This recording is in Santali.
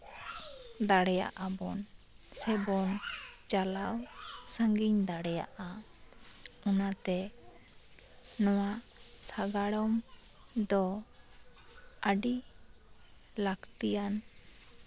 ᱫᱟᱲᱮᱭᱟᱜᱼᱟ ᱵᱚᱱ ᱥᱮᱵᱚᱱ ᱪᱟᱞᱟᱣ ᱥᱟ ᱜᱤᱧ ᱫᱟᱲᱮᱭᱟᱜᱼᱟ ᱚᱱᱟᱛᱮ ᱱᱚᱣᱟ ᱥᱟᱸᱜᱟᱲᱚᱢ ᱫᱚ ᱟᱹᱰᱤ ᱞᱟ ᱠᱛᱤᱭᱟᱱ